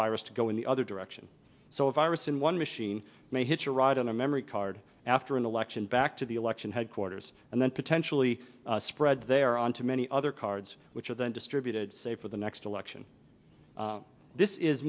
virus to go in the other direction so a virus in one machine may hitch a ride on a memory card after an election back to the election headquarters and then potentially spread their on to many other cards which are then distributed say for the next election this is